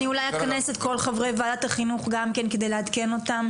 אני אולי אכנס את כל חברי ועדת החינוך גם כן כדי לעדכן אותם.